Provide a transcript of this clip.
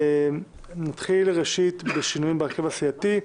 נתחיל ראשית בשינויים בהרכב הסיעתי.